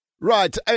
right